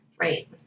Right